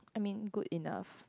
I mean good enough